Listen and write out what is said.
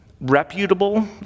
reputable